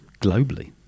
globally